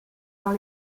dans